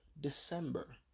December